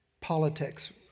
politics